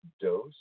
dose